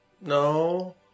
No